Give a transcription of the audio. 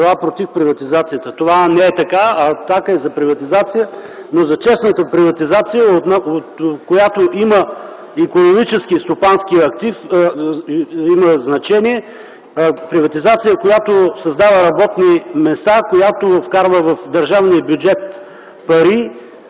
била против приватизацията. Това не е така. „Атака” е за приватизация, но за честната приватизация, от която има икономически и стопански актив. Приватизация, която създава работни места, която вкарва в държавния бюджет пари